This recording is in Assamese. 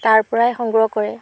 তাৰপৰাই সংগ্ৰহ কৰে